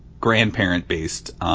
grandparent-based